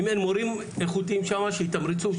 אם אין מורים איכותיים שם שיתמרצו,